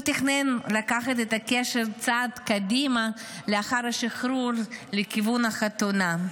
הוא תכנן לקחת את הקשר צעד קדימה לאחר השחרור לכיוון של חתונה.